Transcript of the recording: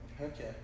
Okay